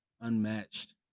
unmatched